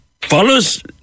follows